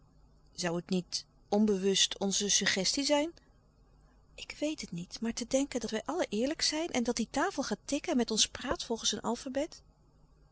zoû het niet onbewust onze suggestie zijn ik weet het niet maar te denken dat wij allen eerlijk zijn en dat die tafel gaat tikken en met ons praat volgens een alfabet